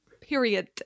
Period